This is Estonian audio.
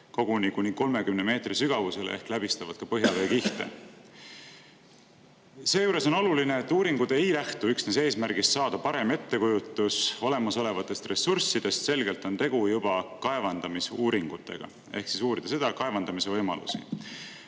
koguni kuni 30 meetri sügavusele ehk läbistavad ka põhjaveekihte. Seejuures on oluline, et uuringud ei lähtu üksnes eesmärgist saada parem ettekujutus olemasolevatest ressurssidest. Selgelt on tegu juba kaevandamisuuringutega ehk siis uuritakse kaevandamise võimalusi.